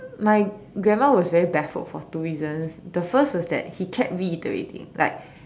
my grandma was very baffled for two reasons the first was that he kept reiterating like